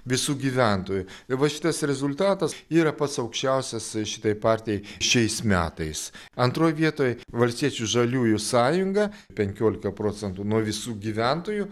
visų gyventojų va šitas rezultatas yra pats aukščiausias šitai partijai šiais metais antroj vietoj valstiečių žaliųjų sąjunga penkiolika procentų nuo visų gyventojų